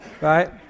right